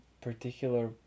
particular